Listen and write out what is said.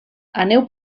aneu